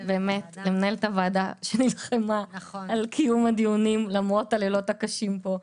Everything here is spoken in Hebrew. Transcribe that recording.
למנהלת הוועדה שנלחמה על קיום הדיונים למרות הלילות הקשים פה,